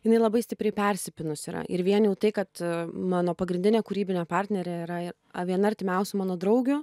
jinai labai stipriai persipynus yra ir vien jau tai kad mano pagrindinė kūrybinė partnerė yra viena artimiausių mano draugių